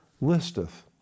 listeth